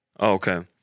Okay